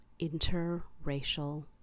interracial